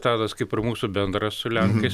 tadas kaip ir mūsų bendra su lenkais